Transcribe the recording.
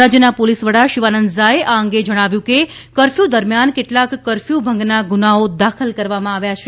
રાજ્યનાં પોલીસ વડા શિવાનંદ ઝા એ આ અંગે જણાવ્યું કે કફ્યું દરમ્યાન કેટલાંક કફ્યું ભંગનાં ગુનાઓ દાખલ કરવામાં આવ્યા છે